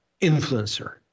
influencer